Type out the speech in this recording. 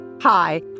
Hi